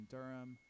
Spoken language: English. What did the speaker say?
Durham